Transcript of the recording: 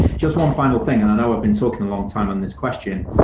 just one final thing, and i know i've been talking a long time in this question,